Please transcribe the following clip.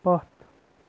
پتھ